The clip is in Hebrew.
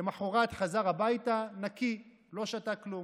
למוחרת חזר הביתה נקי, לא שתה כלום.